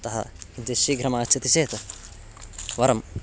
अतः किञ्चित् शीघ्रम् आगच्छति चेत् वरम्